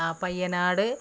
ആ പയ്യനാട് ഇവിടെ